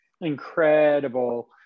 incredible